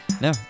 No